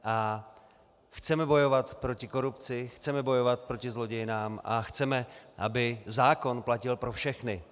A chceme bojovat proti korupci, chceme bojovat proti zlodějnám a chceme, aby zákon platil pro všechny.